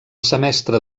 semestre